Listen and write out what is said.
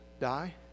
die